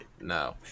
no